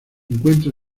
encuentra